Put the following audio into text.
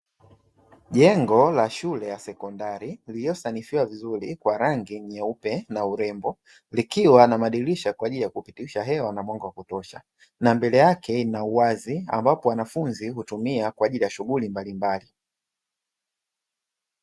Jengo la shule ya sekondari lililosanifiwa vizuri kwa rangi nyeupe na urembo, likiwa na madirisha kwa ajili ya kupitisha hewa na mwanga wa kutosha, na mbele yake kuna uwazi ambapo wanafunzi hutumia kwa ajili ya shughuli mbalimbali.